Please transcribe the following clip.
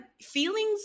feelings